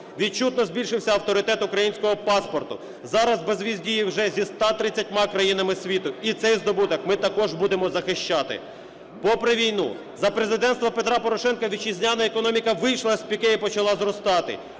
Відчутно збільшився авторитет українського паспорту. Зараз безвіз діє вже зі 130 країнами світу, і цей здобуток ми також будемо захищати. Попри війну за президентства Петра Порошенка вітчизняна економіка вийшла з піке і почала зростати.